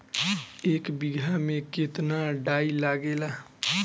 एक बिगहा में केतना डाई लागेला?